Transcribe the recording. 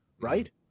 Right